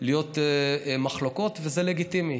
להיות מחלוקות, וזה לגיטימי.